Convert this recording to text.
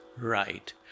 right